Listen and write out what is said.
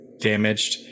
damaged